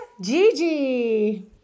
Gigi